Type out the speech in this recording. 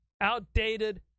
outdated